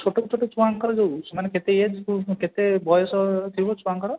ଛୋଟ ଛୋଟ ଛୁଆଙ୍କର ଯେଉଁ ସେମାନେ କେତେ ଏଜ୍ କେତେ ବୟସ ଥିବ ଛୁଆଙ୍କର